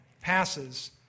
passes